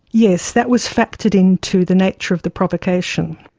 yes, that was factored in to the nature of the provocation.